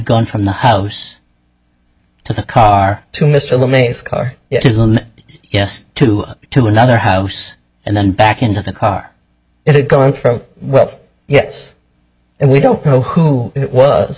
gone from the house to the car to mr lamaze car yes to to another house and then back into the car it going from well yes and we don't know who it was